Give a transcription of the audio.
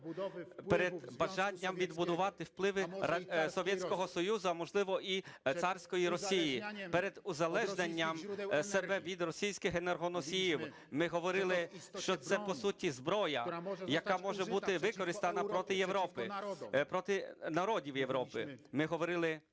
перед бажанням відбудувати впливи Совєтського Союзу, можливо, і царської Росії, перед узалежненням себе від російських енергоносіїв. Ми говорили, що це по суті зброя, яка може бути використана проти Європи, проти народів Європи. Ми говорили,